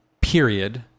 period